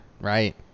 Right